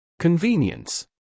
Convenience